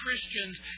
Christians